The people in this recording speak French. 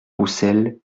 roussel